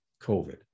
COVID